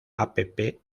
app